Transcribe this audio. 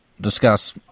discuss